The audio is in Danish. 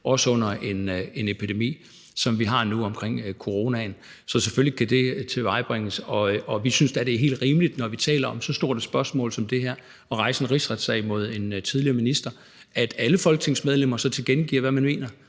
også under en epidemi, som vi har nu med coronaen. Så selvfølgelig kan det bringes i stand, og vi synes da, at det er helt rimeligt, når vi taler om så stort et spørgsmål som det her om at rejse en rigsretssag imod en tidligere minister, at alle folketingsmedlemmer tilkendegiver, hvad de mener.